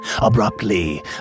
Abruptly